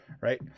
Right